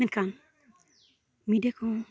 ᱢᱮᱱᱠᱷᱟᱱ ᱢᱤᱰᱤᱭᱟ ᱠᱚᱦᱚᱸ